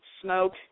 smoke